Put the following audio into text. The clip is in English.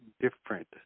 different